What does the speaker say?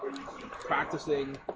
practicing